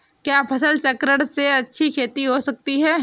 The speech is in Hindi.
क्या फसल चक्रण से अच्छी खेती हो सकती है?